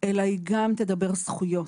אלא גם תדבר זכויות.